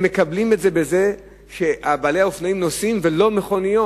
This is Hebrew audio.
הם מקבלים את זה בזה שבעלי האופנועים לא נוסעים במכוניות.